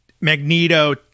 Magneto